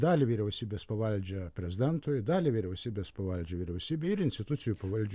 dalį vyriausybės pavaldžią prezidentui dalį vyriausybės pavaldžią vyriausybei ir institucijų pavaldžių